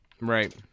right